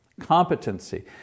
competency